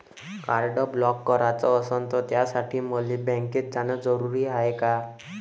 Card block कराच असनं त त्यासाठी मले बँकेत जानं जरुरी हाय का?